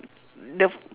the